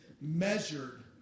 measured